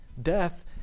Death